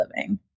living